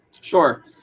Sure